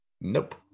Nope